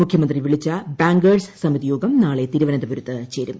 മുഖ്യമന്ത്രി വിളിച്ച ബാങ്കേഴ്സ് സമിതി യോഗം നാളെ തിരുവന്തപുരത്ത് ചേരും